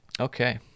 Okay